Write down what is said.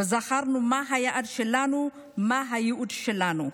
וזכרנו מה היעד שלנו, מה הייעוד שלנו.